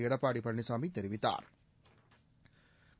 எடப்பாடி பழனிசாமி தெரிவித்தாா்